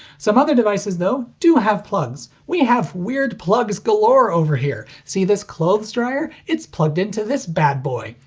some other devices, though, do have plugs. we have weird plugs galore over here! see this clothes dryer? it's plugged into this bad boy!